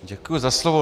Děkuji za slovo.